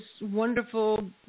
wonderful